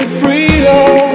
freedom